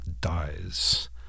dies